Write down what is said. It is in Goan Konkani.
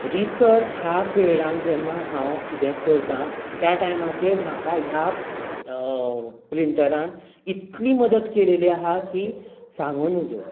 आनी रिसर्च ह्या फिल्डांत जेन्ना हांव कितें करतां त्या टायमाचेर म्हाका ह्या प्रिंटरान इतली मदत केल्ली आसा की सांगूंक नजो